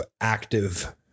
active